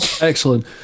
excellent